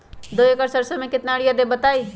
दो एकड़ सरसो म केतना यूरिया देब बताई?